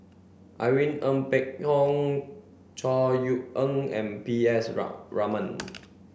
Irene Ng Phek Hoong Chor Yeok Eng and P S Raman